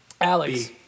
Alex